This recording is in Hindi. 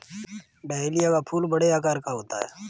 डहेलिया का फूल बड़े आकार का होता है